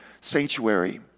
sanctuary